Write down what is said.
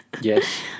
Yes